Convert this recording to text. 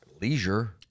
leisure